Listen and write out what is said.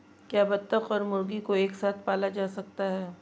क्या बत्तख और मुर्गी को एक साथ पाला जा सकता है?